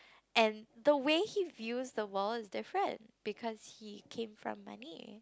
and the way he views the world is different because he came from money